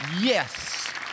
Yes